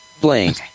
Blank